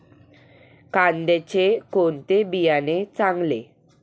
कांद्याचे कोणते बियाणे चांगले?